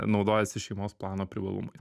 naudojasi šeimos plano privalumais